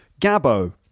Gabo